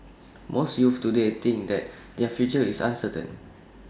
most youths today think that their future is uncertain